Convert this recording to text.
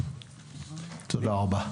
תודה רבה.